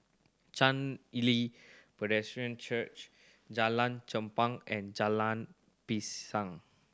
Chen Li Presbyterian Church Jalan Chempah and Jalan Pisang